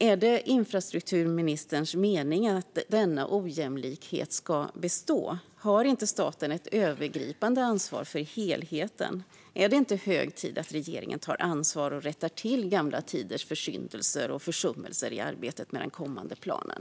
Är det infrastrukturministerns mening att denna ojämlikhet ska bestå? Har inte staten ett övergripande ansvar för helheten? Är det inte hög tid att regeringen tar ansvar och rättar till gamla tiders försyndelser och försummelser i arbetet med den kommande planen?